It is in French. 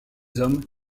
hommes